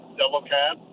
double-cab